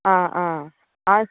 आं आं आड